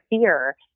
fear